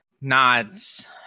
nods